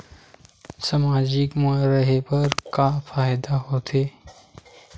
सामाजिक मा रहे बार का फ़ायदा होथे?